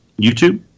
YouTube